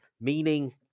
meaning